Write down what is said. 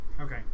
Okay